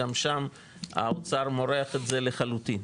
גם שם האוצר מורח את זה לחלוטין.